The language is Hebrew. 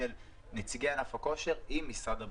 של נציגי ענף הכושר עם נציגי משרד הבריאות.